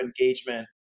engagement